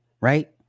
right